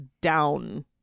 down